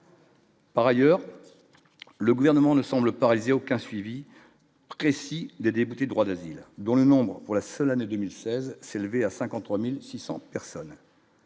Par ailleurs, le gouvernement ne semble pas réaliser aucun suivi précis des déboutés, droit d'asile, dont le nombre pour la seule année 2016 s'est levé à 53600 personnes.